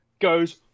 goes